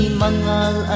mangal